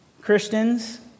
Christians